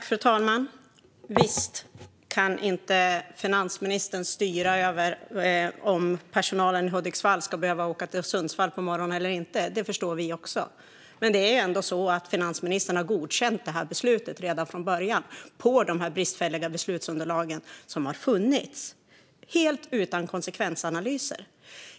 Fru talman! Finansministern kan inte styra över om personalen i Hudiksvall ska behöva åka till Sundsvall på morgonen eller inte - det förstår vi också. Men det är ändå så att finansministern har godkänt beslutet redan från början på de bristfälliga beslutsunderlag som har funnits - helt utan konsekvensanalyser.